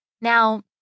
Now